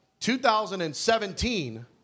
2017